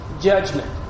judgment